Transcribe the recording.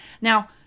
Now